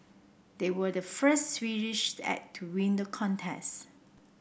they were the first Swedish act to win the contest